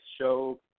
show